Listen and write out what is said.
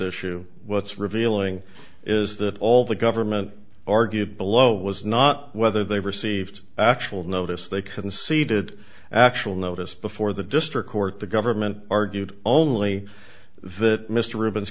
issue what's revealing is that all the government argued below was not whether they received actual notice they conceded actual notice before the district court the government argued only that mr r